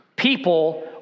people